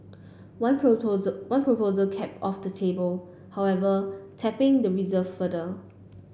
one one proposal kept off the table however tapping the reserve further